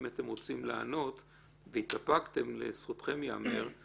אם אתם רוצים לענות והתאפקתם, לזכותכם יאמר.